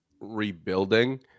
rebuilding